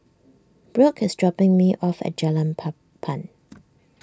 Brooke is dropping me off at Jalan Papan